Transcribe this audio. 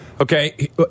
Okay